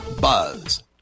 .buzz